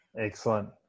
excellent